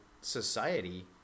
society